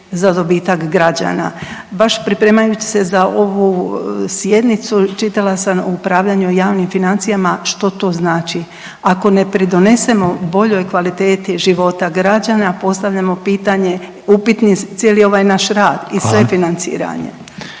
za dobitak građana. Baš pripremajući se za ovu sjednicu čitala sam o upravljanju javnim financijama što to znači. Ako ne pridonesemo boljoj kvaliteti života građana postavljamo pitanje upitni je cijeli ovaj naš rad i sve financiranje.